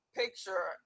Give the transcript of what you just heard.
picture